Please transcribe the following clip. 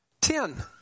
Ten